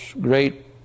great